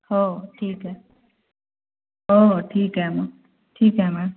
हो हो ठीक आहे हो हो ठीक आहे मग ठीक आहे मॅम